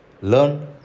learn